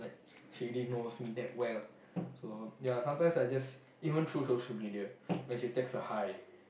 like she already knows me that well so ya sometimes I just even through social media when she text a hi